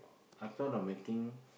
I thought of making